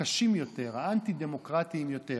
הקשים יותר, האנטי-דמוקרטיים יותר.